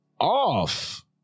Off